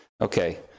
Okay